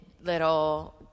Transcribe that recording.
little